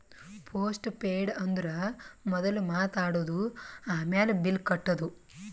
post paid ಅಂದುರ್ ಮೊದುಲ್ ಮಾತ್ ಆಡದು, ಆಮ್ಯಾಲ್ ಬಿಲ್ ಕಟ್ಟದು